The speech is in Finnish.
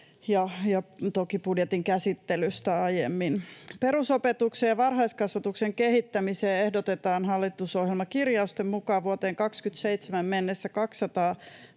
ja toki budjetin käsittelystä aiemmin. Perusopetuksen ja varhaiskasvatuksen kehittämiseen ehdotetaan hallitusohjelmakirjausten mukaan vuoteen 27 mennessä 200